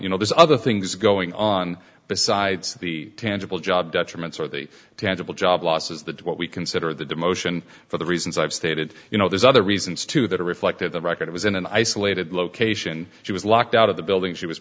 you know there's other things going on besides the tangible job detriments or the tangible job loss is that what we consider the demotion for the reasons i've stated you know there's other reasons too that are reflected the record it was in an isolated location she was locked out of the building she was